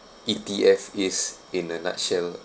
E_T_F is in a nutshell lah